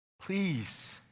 please